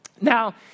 Now